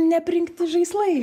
neaprinkti žaislai